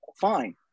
Fine